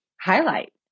highlight